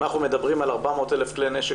אם אנחנו מדברים על 400,000 כלי נשק